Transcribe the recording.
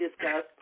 discuss